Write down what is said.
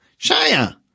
Shia